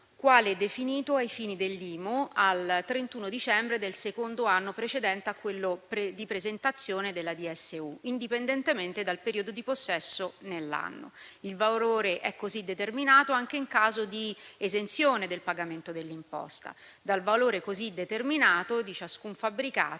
quale definito ai fini dell'IMU al 31 dicembre del secondo anno precedente a quello di presentazione della DSU, indipendentemente dal periodo di possesso nell'anno. Il valore è così determinato anche in caso di esenzione del pagamento dell'imposta. Dal valore così determinato di ciascun fabbricato,